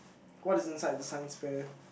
what is inside the science fair